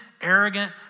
arrogant